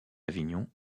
avignon